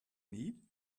need